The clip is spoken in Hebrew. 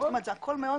מעל 100 יותר.